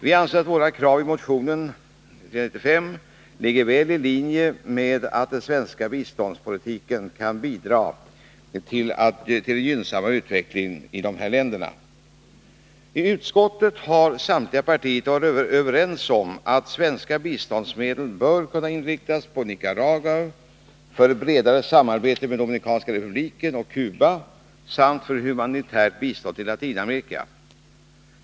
Vi anser att våra krav i motionen ligger väl i linje med den svenska biståndspolitiken och att de kan bidra till en gynnsammare utveckling i dessa länder. Tutskottet har samtliga partier varit överens om att svenska biståndsmedel bör inriktas på Nicaragua, för ett bredare samarbete med Dominikanska republiken och Cuba samt för humanitärt bistånd till Latinamerika.